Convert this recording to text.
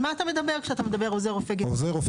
על מה אתה מדבר כשאתה אומר עוזר רופא גנרי?